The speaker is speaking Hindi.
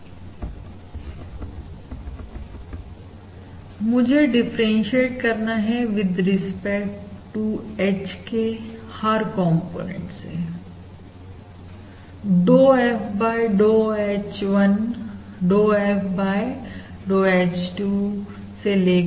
तो चलिए हम वैक्टर की व्याख्या कर लेते हैं किसी भी वैक्टर डेरिवेटिव के लिए हालांकि आप लोग वैक्टर डेरिवेटिव को पहले से ही जानते हैं या ग्रेडियंट के बारे में जानते हैं चलिए हम वैक्टर डेरिवेटिव की व्याख्या कर लेते हैं किसी वैक्टर H का फंक्शन F जो है dF मैं इस dF को dH के द्वारा भी लिख सकता हूं जिसका मतलब derivative with respect to vector H है और जो कुछ नहीं परंतु partial derivative with respect to vector H है